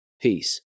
Peace